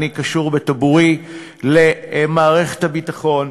אני קשור בטבורי למערכת הביטחון.